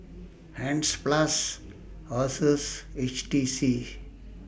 Hansaplast Asus H T C